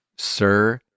Sir